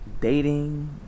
dating